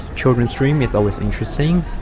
children's dream is always interesting.